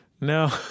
No